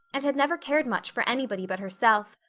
and had never cared much for anybody but herself.